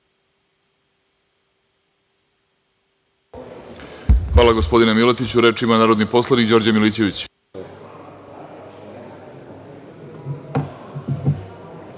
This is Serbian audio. Hvala gospodine Miletiću. Reč ima narodni poslanik Đorđe Milićević.